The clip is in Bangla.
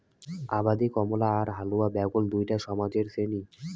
আবাদি কামলা আর হালুয়া ব্যাগল দুইটা সমাজের শ্রেণী